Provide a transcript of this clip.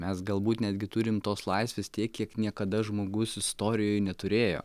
mes galbūt netgi turim tos laisvės tiek kiek niekada žmogus istorijoj neturėjo